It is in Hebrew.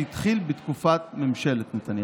שהתחיל בתקופת ממשלת נתניהו.